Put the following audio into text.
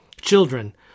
Children